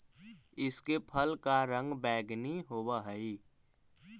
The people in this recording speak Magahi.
इसके फल का रंग बैंगनी होवअ हई